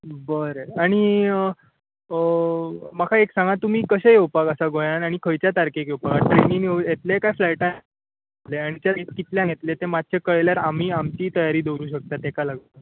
बरें आनी म्हाका एक सांगा तुमी कशें येवपाक आसा गोंयान आनी खंयचे तारकेक योवपाक आसा ट्रेयनीन येतले कांय फ्लाय्टान येतले आनी ते कितल्यांक येतले तें मातशें कळयल्यार आमीय आमची तयारी दोवरपाक शकतात तेका लागून